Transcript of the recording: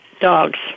dogs